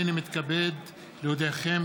הינני מתכבד להודיעכם,